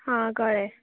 हां कळ्ळें